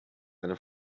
eine